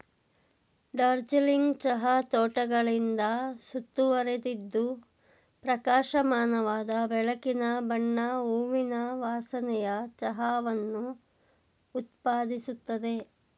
ಡಾರ್ಜಿಲಿಂಗ್ ಚಹಾ ತೋಟಗಳಿಂದ ಸುತ್ತುವರಿದಿದ್ದು ಪ್ರಕಾಶಮಾನವಾದ ಬೆಳಕಿನ ಬಣ್ಣ ಹೂವಿನ ವಾಸನೆಯ ಚಹಾವನ್ನು ಉತ್ಪಾದಿಸುತ್ತದೆ